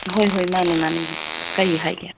ꯍꯣꯏ ꯍꯣꯏ ꯃꯥꯅꯦ ꯃꯥꯅꯦ ꯀꯔꯤ ꯍꯥꯏꯒꯦ